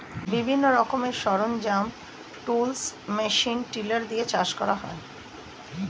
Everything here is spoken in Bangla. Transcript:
বিভিন্ন রকমের সরঞ্জাম, টুলস, মেশিন টিলার দিয়ে চাষ করা হয়